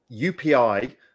UPI